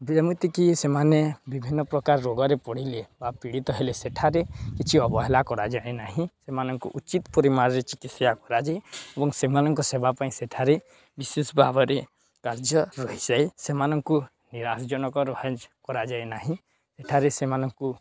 ଯେମିତିକି ସେମାନେ ବିଭିନ୍ନପ୍ରକାର ରୋଗରେ ପଡ଼ିଲେ ବା ପୀଡ଼ିତ ହେଲେ ସେଠାରେ କିଛି ଅବହେଳା କରାଯାଏ ନାହିଁ ସେମାନଙ୍କୁ ଉଚିତ୍ ପରିମାଣରେ ଚିକିତ୍ସା କରାଯାଏ ଏବଂ ସେମାନଙ୍କ ସେବା ପାଇଁ ସେଠାରେ ବିଶେଷ ଭାବରେ କାର୍ଯ୍ୟ ରହିଯାଏ ସେମାନଙ୍କୁ ନିରାଶଜନକ କରାଯାଏ ନାହିଁ ସେଠାରେ ସେମାନଙ୍କୁ